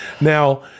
Now